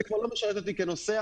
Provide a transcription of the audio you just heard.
זה כבר לא משרת אותי כנוסע,